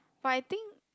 but I think